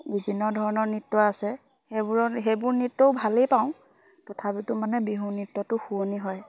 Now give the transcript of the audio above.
বিভিন্ন ধৰণৰ নৃত্য আছে সেইবোৰৰ সেইবোৰ নৃত্যও ভালেই পাওঁ তথাপিতো মানে বিহু নৃত্যটো শুৱনি হয়